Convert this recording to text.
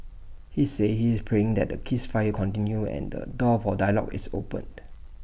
he said he is praying that the ceasefire continues and the door for dialogue is opened